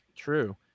true